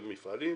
מפעלים,